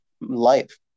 life